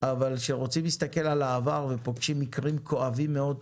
אבל שרוצים להסתכל על העבר ופוגשים מקרים כואבים מאוד,